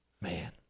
Man